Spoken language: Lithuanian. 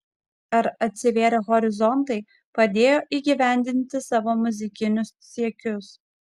ar atsivėrę horizontai padėjo įgyvendinti savo muzikinius siekius